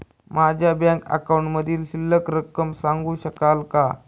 माझ्या बँक अकाउंटमधील शिल्लक रक्कम सांगू शकाल का?